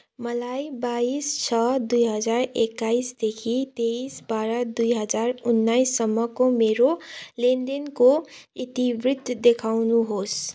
मलाई बाइस छ दुई हजार एक्काइसदेखि तेइस बाह्र उन्नाइससम्मको मेरो लेनदेनको इतिवृत्त देखाउनुहोस्